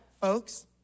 folks